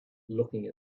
looking